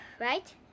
right